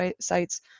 sites